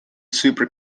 super